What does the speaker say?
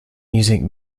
music